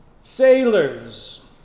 sailors